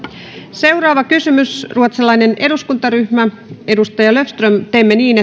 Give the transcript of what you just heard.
seuraava kysymys ruotsalainen eduskuntaryhmä edustaja löfström teemme niin